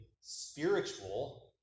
spiritual